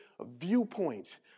viewpoints